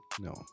no